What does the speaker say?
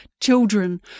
Children